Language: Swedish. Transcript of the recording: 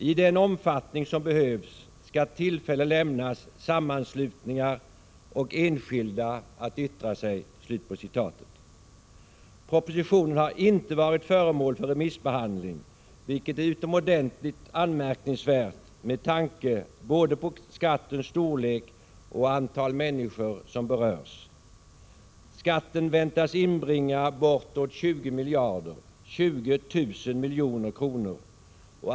I den omfattning som behövs skall tillfälle lämnas sammanslutningar och enskilda att yttra sig.” Propositionen har inte varit föremål för remissbehandling, vilket är utomordentligt anmärkningsvärt med tanke både på skattens storlek och på antalet människor som berörs. Skatten väntas inbringa bortåt 20 miljarder, 20 000 milj.kr.